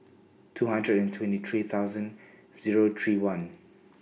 two hundred and twenty three thousand Zero three one